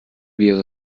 wäre